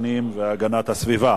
הפנים והגנת הסביבה.